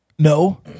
No